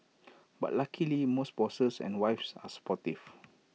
but luckily most bosses and wives are supportive